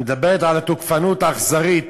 היא מדברת על התוקפנות האכזרית